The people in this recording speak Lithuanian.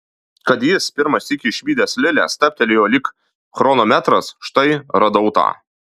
kad jis pirmą sykį išvydęs lilę stabtelėjo lyg chronometras štai radau tą